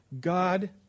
God